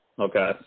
Okay